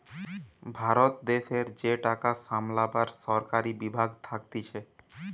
ভারত দেশের যে টাকা সামলাবার সরকারি বিভাগ থাকতিছে